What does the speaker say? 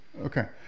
Okay